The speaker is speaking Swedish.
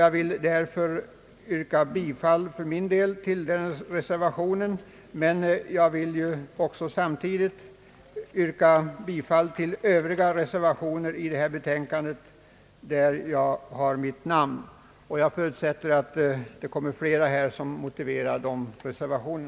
Jag vill därför yrka bifall till reservationen på denna punkt, men jag yrkar samtidigt bifall till övriga reservationer i betänkandet under vilka jag har mitt namn. Jag förutsätter att andra talare kommer att motivera dessa reservationer.